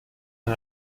ein